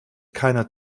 keiner